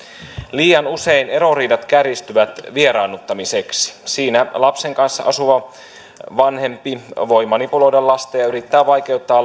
liian usein eroriidat kärjistyvät vieraannuttamiseksi siinä lapsen kanssa asuva vanhempi voi manipuloida lasta ja yrittää vaikeuttaa